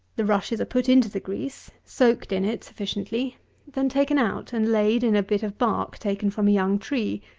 the rushes are put into the grease soaked in it sufficiently then taken out and laid in a bit of bark taken from a young tree,